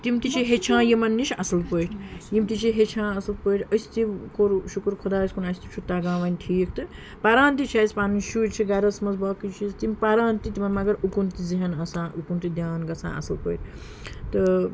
تِم تہِ چھِ ہیٚچھان یِمَن نِش اَصٕل پٲٹھۍ یِم تہِ چھِ ہیٚچھان اَصٕل پٲٹھۍ أسۍ تہِ کوٚر شُکُر خۄدایَس کُن اَسہِ تہِ چھُ تَگان ونۍ ٹھیٖک تہٕ پَران تہِ چھِ اَسہِ پَنٕنۍ شُرۍ چھِ گَرَس منٛز باقٕے چیٖز تِم پَران تہِ تِمَن مگر اُکُن تہِ ذہن آسان اُکُن تہِ دیان گَژھان اَصٕل پٲٹھۍ تہٕ